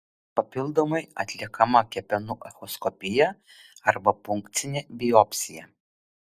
papildomai atliekama kepenų echoskopija arba punkcinė biopsija